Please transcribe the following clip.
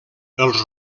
els